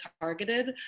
targeted